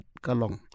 kalong